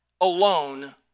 alone